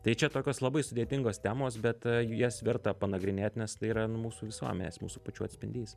tai čia tokios labai sudėtingos temos bet jas verta panagrinėt nes tai yra nu mūsų visuomenės mūsų pačių atspindys